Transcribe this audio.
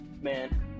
man